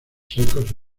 secos